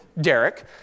Derek